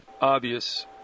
obvious